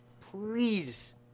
Please